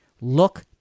Look